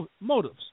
motives